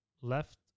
left